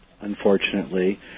unfortunately